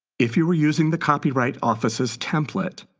if you are using the copyright office's template,